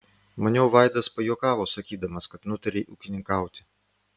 maniau vaidas pajuokavo sakydamas kad nutarei ūkininkauti